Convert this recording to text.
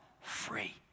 free